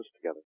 together